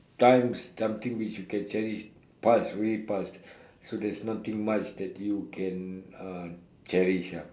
times something which you can cherish past really past so there's nothing much that you can uh cherish ah